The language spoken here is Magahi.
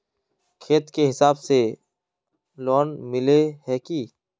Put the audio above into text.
खेत के हिसाब से लोन मिले है की?